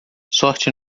sorte